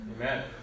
Amen